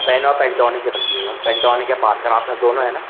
pen आप Pentonic रखिएगा Pentonic या पार्कर आपके पास दोनों है ना